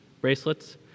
bracelets